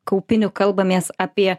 kaupiniu kalbamės apie